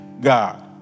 God